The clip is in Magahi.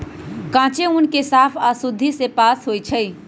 कांचे ऊन के साफ आऽ शुद्धि से पास होइ छइ